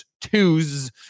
two's